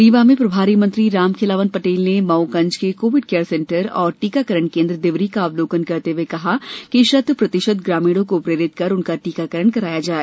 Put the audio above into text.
रीवा में प्रभारी मंत्री रामखेलावन पटेल ने मऊगंज के कोविड केयर सेंटर और टीकाकरण केन्द्र देवरी का अवलोकन करते हुए कहा कि शत्प्रतिशत ग्रामीणों को प्रेरित कर उनका टीकाकरण कराया जाय